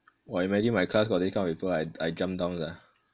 !wah! imagine my class got this kind of people I I jump down sia